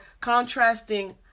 contrasting